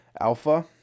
Alpha